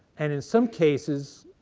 and in some cases,